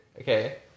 Okay